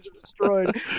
destroyed